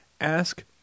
Ask